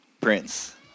Prince